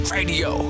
Radio